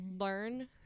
learn